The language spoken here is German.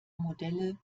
modelle